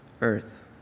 earth